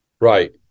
Right